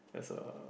as a